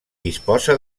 disposa